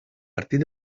partit